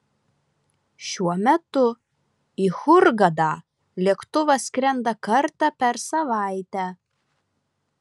šiuo metu į hurgadą lėktuvas skrenda kartą per savaitę